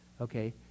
Okay